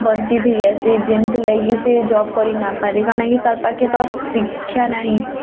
ବଞ୍ଚିତ୍ ହେଇ ଆସି ଯେନ୍ତି ଲାଗି ସେ ଜବ୍ କରି ନ ପାରେ କାରଣ ଇଏ ତା ପାଖେ ତ ଶିକ୍ଷା ନାହିଁ